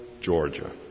Georgia